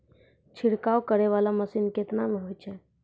छिड़काव करै वाला मसीन केतना मे होय छै?